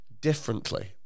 differently